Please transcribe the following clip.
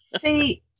See